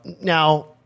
Now